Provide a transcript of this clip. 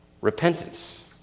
repentance